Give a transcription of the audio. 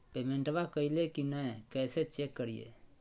पेमेंटबा कलिए की नय, कैसे चेक करिए?